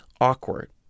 awkward